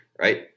right